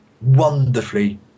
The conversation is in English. wonderfully